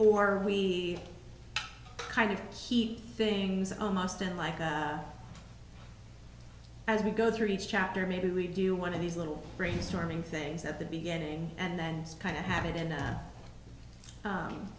or we kind of keep things almost in life as we go through each chapter maybe we do one of these little brainstorming things at the beginning and then kind of have it in a